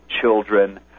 children